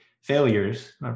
failures